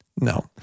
no